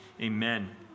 Amen